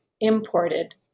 imported